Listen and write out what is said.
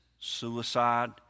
suicide